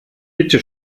bitte